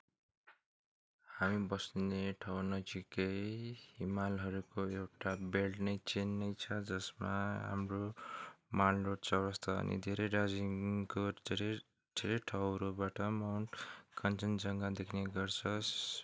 हामी बस्ने ठाउँ नजिकै हिमालहरूको एउटा बेल्ट नै चेन नै छ जसमा हाम्रो मालरोड चौरस्ता अनि धेरै दार्जिलिङको धेरै ठाउँहरूबाट माउन्ट कञ्चनजङ्घा देख्नेगर्छ